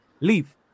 Leave